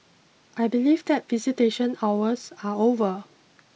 I believe that visitation hours are over